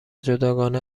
جداگانه